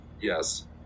Yes